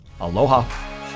Aloha